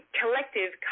collective